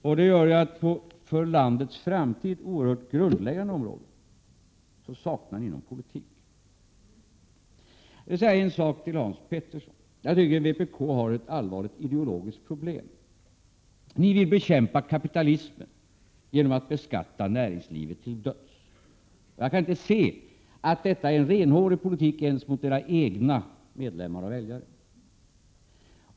Detta gör att ni på för landets framtid oerhört grundläggande områden saknar någon politik. Jag vill säga en sak till Hans Petersson: Jag tycker vpk har ett allvarligt ideologiskt problem. Ni vill bekämpa kapitalismen genom att beskatta näringslivet till döds. Jag kan inte se att detta är en renhårig politik ens mot era egna medlemmar och väljare.